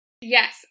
Yes